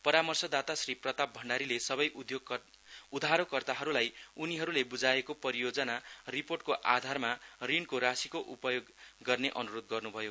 परामर्शदाता श्री प्रताप भण्डारीले सबै उधारोकर्ताहरुलाई उनीहरुले बुभाएको परियोजना रिपोर्टको आधारमा ऋणको राशिको उपयोग गर्ने अनुरोध गर्नुभयो